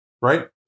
right